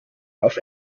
auf